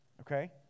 okay